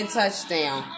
touchdown